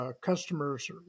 customers